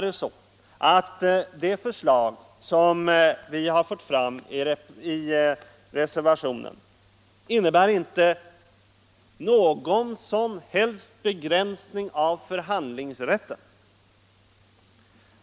Det förslag som vi har fört fram i reservationen innebär inte någon som helst begränsning av förhandlingsrätten.